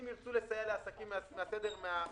אם ירצו לסייע לעסקים מן הסוג הזה,